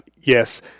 Yes